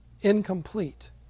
incomplete